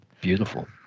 Beautiful